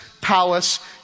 palace